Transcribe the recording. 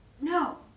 No